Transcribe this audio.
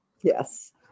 Yes